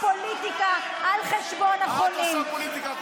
חולה אונקולוגית,